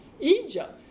Egypt